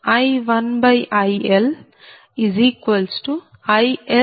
0